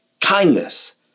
kindness